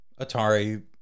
Atari